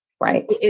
Right